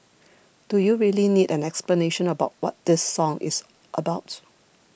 do you really need an explanation about what this song is about